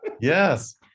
yes